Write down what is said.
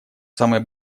самой